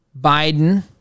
Biden